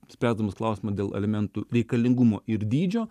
spręsdamas klausimą dėl alimentų reikalingumo ir dydžio